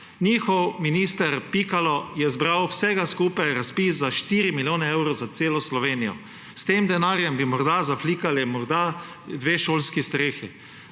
Njihov minister Pikalo je zbral vsega skupaj razpis za 4 milijone evrov za celo Slovenijo. S tem denarjem bi zaflikali morda dve šolski strehi.